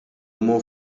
mhu